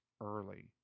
early